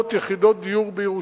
כ-900 יחידות דיור בירושלים.